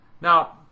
Now